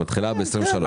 שמתחילה ב-23'.